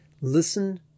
listen